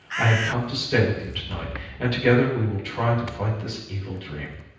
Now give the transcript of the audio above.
i have come to stay with you tonight and together we will try to fight this evil dream